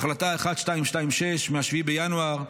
ההחלטה 1226 מ-7 בינואר,